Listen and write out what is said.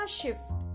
shift